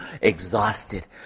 exhausted